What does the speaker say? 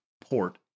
port